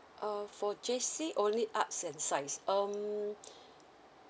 uh for J_C only arts and science um